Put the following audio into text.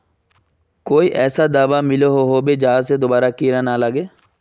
कोई ऐसा दाबा मिलोहो होबे जहा से दोबारा कीड़ा ना लागे?